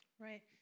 Right